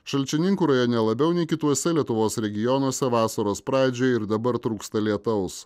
šalčininkų rajone labiau nei kituose lietuvos regionuose vasaros pradžioj ir dabar trūksta lietaus